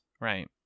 right